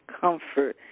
comfort